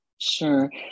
Sure